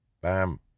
Bam